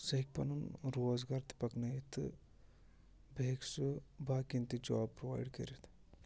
سُہ ہیٚکہِ پَنُن روزگار تہِ پَکنٲیِتھ تہٕ بیٚیہِ ہیٚکہِ سُہ باقِیَن تہِ جاب پرٛووایِڈ کٔرِتھ